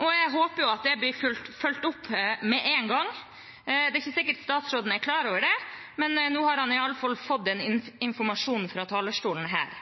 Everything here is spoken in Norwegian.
og jeg håper at det blir fulgt opp med en gang. Det er ikke sikkert statsråden var klar over det, men nå har han i alle fall fått informasjon fra talerstolen her.